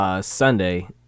Sunday